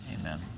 Amen